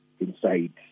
inside